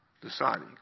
deciding